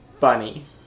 Funny